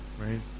right